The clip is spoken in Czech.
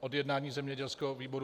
od jednání zemědělského výboru nestalo.